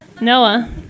Noah